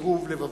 לקירוב לבבות.